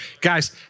guys